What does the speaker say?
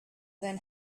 then